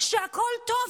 כי אם לא,